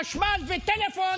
חשמל וטלפון,